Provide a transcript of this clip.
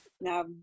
Now